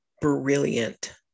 brilliant